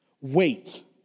wait